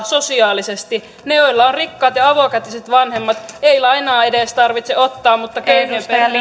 sosiaalisesti niiden joilla on rikkaat ja avokätiset vanhemmat ei lainaa edes tarvitse ottaa mutta köyhien perheiden